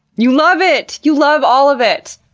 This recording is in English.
you love it! you love all of it!